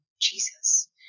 Jesus